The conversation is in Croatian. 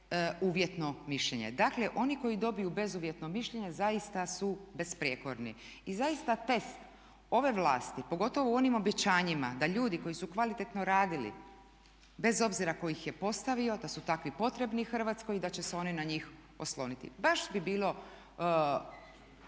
uvjetno mišljenje. Dakle, oni koji dobiju bezuvjetno mišljenje zaista su besprijekorni i zaista test ove vlasti, pogotovo u onim obećanjima da ljudi koji su kvalitetno radili bez obzira tko ih je postavio da su takvi potrebni Hrvatskoj i da će se oni na njih osloniti. Baš bi bilo